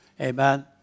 Amen